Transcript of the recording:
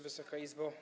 Wysoka Izbo!